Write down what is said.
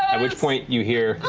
and which point you hear.